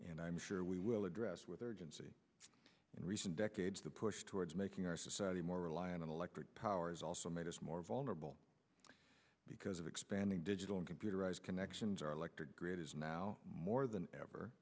and i'm sure we will address whether jency in recent decades the push towards making our society more reliant on electric power has also made us more vulnerable because of expanding digital and computerized connections our electric grid is now more than ever